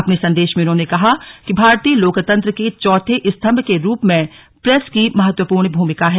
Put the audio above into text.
अपने संदेश में उन्होंने कहा कि भारतीय लोकतंत्र के चौथे स्तंभ के रूप में प्रेस की महत्वपूर्ण भूमिका है